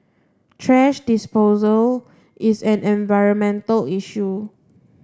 thrash disposal is an environmental issue